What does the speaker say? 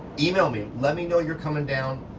email me, let me know you're coming down.